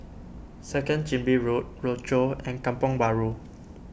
Second Chin Bee Road Rochor and Kampong Bahru